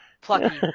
plucky